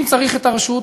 אם צריך את הרשות,